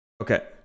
Okay